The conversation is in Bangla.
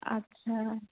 আচ্ছা